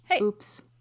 oops